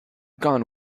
gone